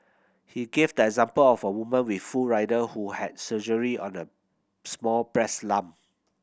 he gave the example of a woman with full rider who had surgery on a small breast lump